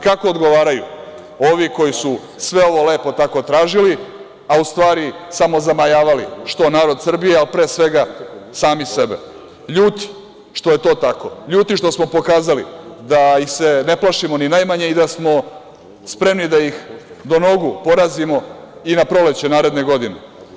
Kako odgovaraju ovi koji su sve ovo lepo tako tražili, a u stvari samo zamajavali što narod Srbije, a pre svega sami sebe, ljuti što je to tako, ljuti što smo pokazali da ih se ne plašimo ni najmanje i da smo spremni da ih do nogu porazimo i na proleće naredne godine?